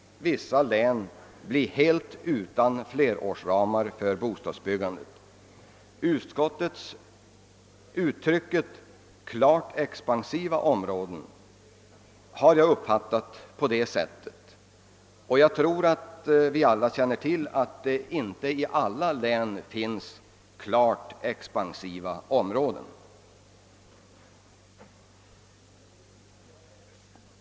bli helt utan flerårsramar för bostadsbyggandet — uttrycket »klart expansiva områden» har jag uppfattat på det sät Som alla nog känner till finns det inte i alla län klart expansiva områden.